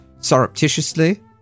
surreptitiously